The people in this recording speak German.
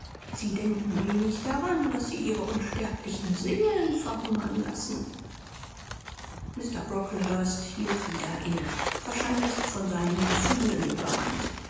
sie denken wenig daran daß sie ihre unsterblichen seelen verhungern lassen mr brocklehurst hielt wieder inne wahrscheinlich von seinen gefühlen übermannt